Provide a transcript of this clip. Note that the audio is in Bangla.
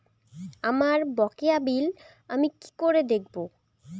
আমার বকেয়া বিল আমি কি করে দেখব?